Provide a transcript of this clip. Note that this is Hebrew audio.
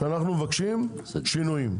שאנחנו מבקשים שינויים.